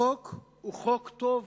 החוק הוא חוק טוב.